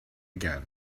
again